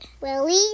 Willie